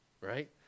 right